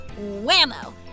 whammo